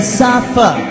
suffer